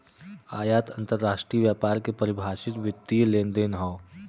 आयात अंतरराष्ट्रीय व्यापार के परिभाषित वित्तीय लेनदेन हौ